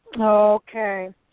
Okay